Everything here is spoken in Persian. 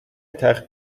تخفیف